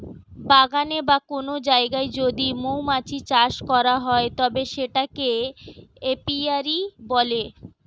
বাগানে বা কোন জায়গায় যদি মৌমাছি চাষ করা হয় তবে সেটাকে এপিয়ারী বলে